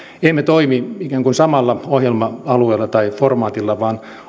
emme toimi ikään kuin samalla ohjelma alueella tai formaatilla vaan